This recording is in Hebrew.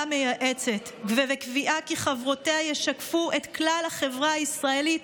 המייעצת ובקביעה כי חברותיה ישקפו את כלל החברה הישראלית,